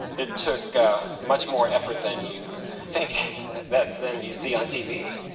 it took much more effort than you think than than you see on tv.